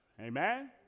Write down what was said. amen